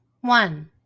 one